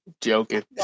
Joking